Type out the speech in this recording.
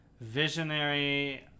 visionary